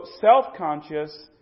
self-conscious